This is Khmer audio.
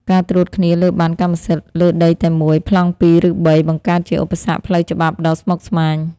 ការត្រួតគ្នាលើប័ណ្ណកម្មសិទ្ធិលើដីតែមួយ ប្លង់ពីរ ឬបី បង្កើតជាឧបសគ្គផ្លូវច្បាប់ដ៏ស្មុគស្មាញ។